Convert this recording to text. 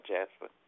Jasper